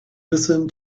listen